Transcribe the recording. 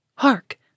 Hark